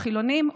החילונים,